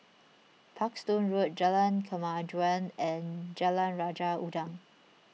Parkstone Road Jalan Kemajuan and Jalan Raja Udang